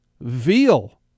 Veal